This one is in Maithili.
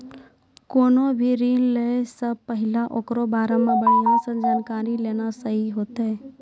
कोनो भी ऋण लै से पहिले ओकरा बारे मे बढ़िया से जानकारी लेना सही होतै